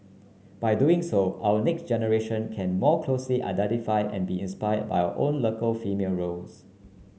by doing so our next generation can more closely identify and be inspired by our own local female roles